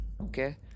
okay